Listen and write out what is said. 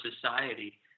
society